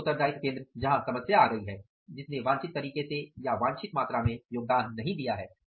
विभिन्न उत्तरदायित्व केंद्र जहां समस्या आ गई है जिसने वांछित तरीके से या वांछित मात्रा में योगदान नहीं दिया है